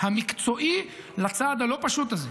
המקצועי לצעד הלא-פשוט הזה.